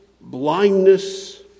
blindness